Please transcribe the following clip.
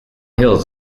hills